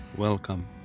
Welcome